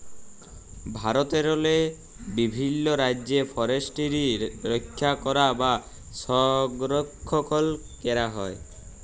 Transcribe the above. ভারতেরলে বিভিল্ল রাজ্যে ফরেসটিরি রখ্যা ক্যরা বা সংরখ্খল ক্যরা হয়